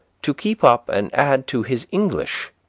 to keep up and add to his english.